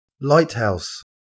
Lighthouse